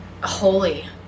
holy